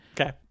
Okay